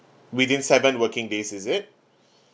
within seven working days is it